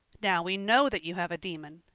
now we know that you have a demon.